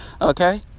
Okay